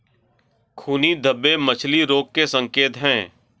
खूनी धब्बे मछली रोग के संकेत हैं